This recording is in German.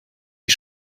die